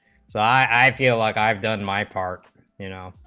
so i feel like i've done my part you know